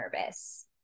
nervous